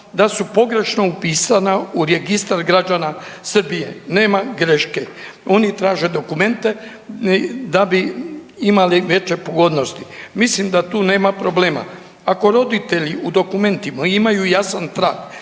da su pogrešno upisana u registar građana Srbije. Nema greške, oni traže dokumente da bi imali veće pogodnosti. Mislim da tu nema problema. Ako roditelji u dokumentima imaju jasan trag